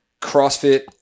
CrossFit